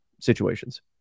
situations